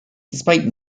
despite